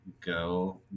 go